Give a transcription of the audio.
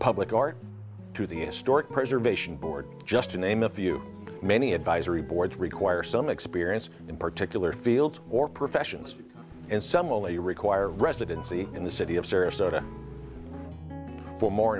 public art to the historic preservation board just to name a few many advisory boards require some experience in particular field or professions and some only require residency in the city of sarasota for more